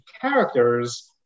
characters